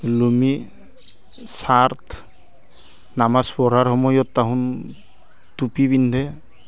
লুঙি shirt নামাজ পঢ়াৰ সময়ত তাহোন টুপি পিন্ধে